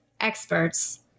experts